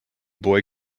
boy